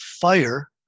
fire